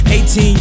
18